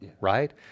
right